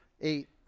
eight